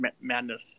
Madness